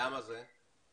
למה זה?